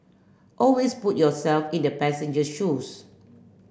always put yourself in the passenger shoes